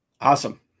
Awesome